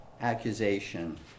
accusation